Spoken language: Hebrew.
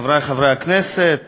חברי חברי הכנסת,